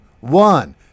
One